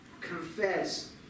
Confess